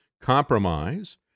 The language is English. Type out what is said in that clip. compromise